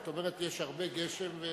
את אומרת יש הרבה גשם,